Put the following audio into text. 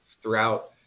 throughout